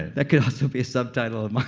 that could also be a subtitle of mine